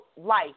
life